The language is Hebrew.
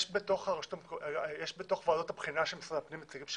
יש בתוך ועדות הבחינה של משרד הפנים נציגים של